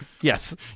Yes